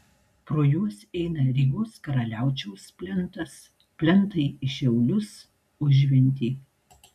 pro juos eina rygos karaliaučiaus plentas plentai į šiaulius užventį